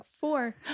Four